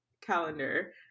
calendar